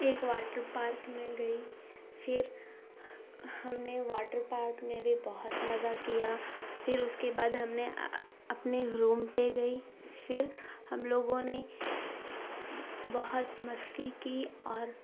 ایک water park میں گئی فھر ہم نے واٹر پارک میں بھی بہت مزہ کیا پھر اس کے بعد ہم نے اپنے روم پہ گئی فر ہم لوگوں نے بہت مستی کی اور